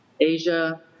Asia